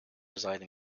reside